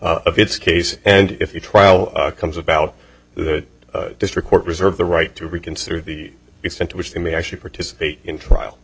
of its case and if the trial comes about the district court reserve the right to reconsider the extent to which they may actually participate in trial